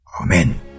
Amen